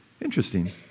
Interesting